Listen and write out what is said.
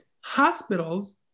hospitals